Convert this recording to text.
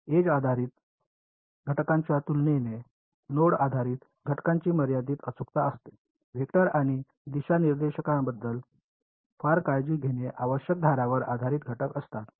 age आधारित घटकांच्या तुलनेत नोड आधारित घटकांची मर्यादित अचूकता असते वेक्टर आणि दिशानिर्देशांबद्दल फार काळजी घेणे आवश्यक धारांवर आधारित घटक असतात